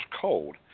cold